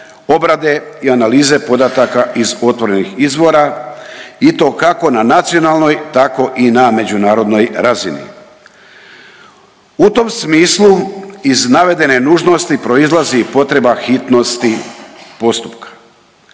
obrade i analize podataka iz otvorenih izvora i to kako na nacionalnoj tako i na međunarodnoj razini. U tom smislu iz navedene nužnosti proizlazi potreba hitnosti postupka.